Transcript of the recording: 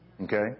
Okay